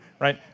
right